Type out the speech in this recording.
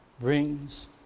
brings